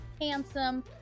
handsome